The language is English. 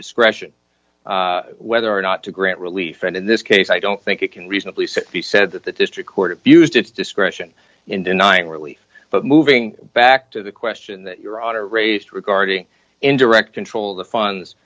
discretion whether or not to grant relief and in this case i don't think it can reasonably sit beside that the district court used its discretion in denying relief but moving back to the question that your honor raised regarding in direct control of the funds